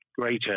greater